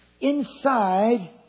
inside